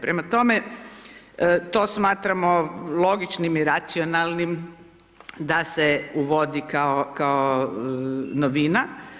Prema tome to smatramo logičnim i racionalnim da se uvodi kao novina.